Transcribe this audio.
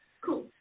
Cool